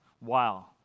Wow